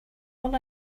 all